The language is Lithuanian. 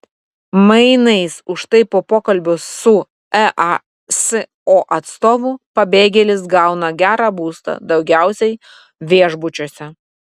mainais už tai po pokalbio su easo atstovu pabėgėlis gauna gerą būstą daugiausiai viešbučiuose